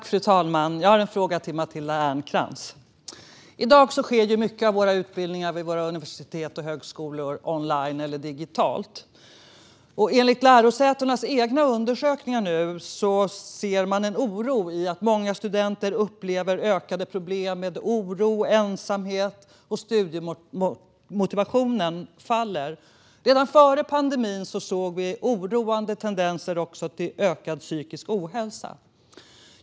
Fru talman! Jag har en fråga till Matilda Ernkrans. I dag sker mycket av undervisningen vid våra universitet och högskolor online eller digitalt. Lärosätenas egna undersökningar visar att många studenter upplever ökade problem med oro och ensamhet, och studiemotivationen faller. Redan före pandemin såg vi oroande tendenser till ökad psykisk ohälsa.